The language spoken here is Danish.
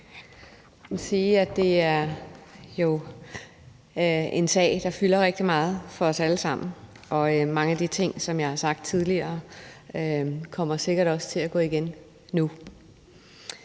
det er en sag, der fylder rigtig meget for os alle sammen, og at mange af de ting, som jeg har sagt tidligere, sikkert også kommer til at gå igen nu.